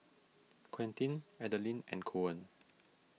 Quentin Adilene and Koen